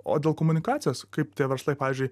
o dėl komunikacijos kaip tie verslai pavyzdžiui